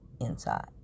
inside